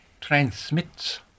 transmits